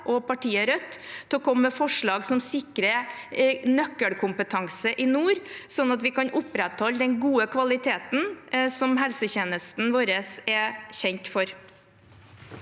og partiet Rødt til å komme med forslag som sikrer nøkkelkompetanse i nord, sånn at vi kan opprettholde den gode kvaliteten som helsetjenesten vår er kjent for.